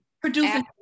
Producing